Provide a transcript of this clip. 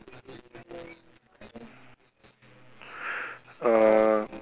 uh